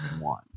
one